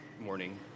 morning